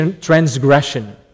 transgression